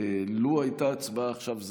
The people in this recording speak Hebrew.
לו הייתה הצבעה עכשיו,